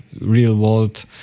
real-world